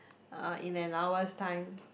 uh in an hour's time